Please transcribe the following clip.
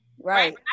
right